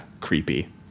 creepy